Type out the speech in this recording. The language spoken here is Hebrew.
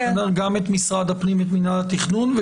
גם את מנהל התכנון במשרד הפנים,